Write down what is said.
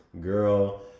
Girl